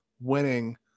winning